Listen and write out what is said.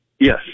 Yes